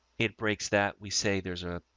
it breaks that we say there's a